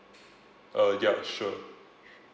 uh ya sure